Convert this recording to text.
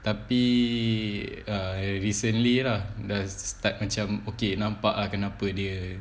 tapi err recently lah dah start macam okay nampak ah kenapa dia